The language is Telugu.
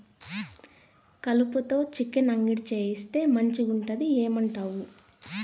కలుపతో చికెన్ అంగడి చేయిస్తే మంచిగుంటది ఏమంటావు